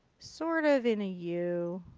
sort of in a u.